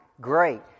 great